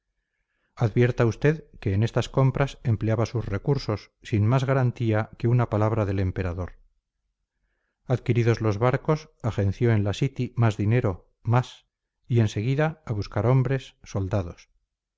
advierta usted que en estas compras empleaba sus recursos sin más garantía que una palabra del emperador adquiridos los barcos agenció en la city más dinero más y en seguida a buscar hombres soldados